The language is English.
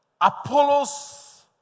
Apollos